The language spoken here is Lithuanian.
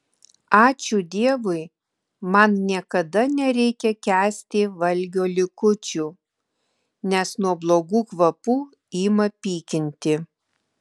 ačiū dievui man niekada nereikia kęsti valgio likučių nes nuo blogų kvapų ima pykinti